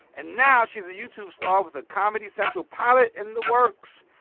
and now, she's a youtube star with a comedy central pilot in the works.